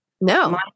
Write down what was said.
No